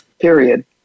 period